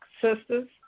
sisters